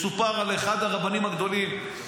מסופר על אחד הרבנים הגדולים,